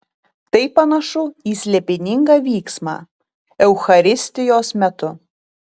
tai panašu į slėpiningą vyksmą eucharistijos metu